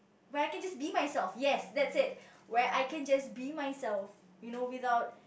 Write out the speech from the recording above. where I can just be myself yes that's it where I can just be myself you know without